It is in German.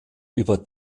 über